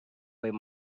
where